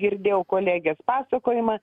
girdėjau kolegės pasakojimą